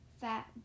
fat